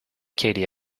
katie